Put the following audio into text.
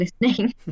listening